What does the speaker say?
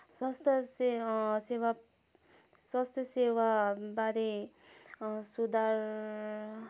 स्वास्थ्यसेवा स्वास्थ्यसेवाबारे सुधार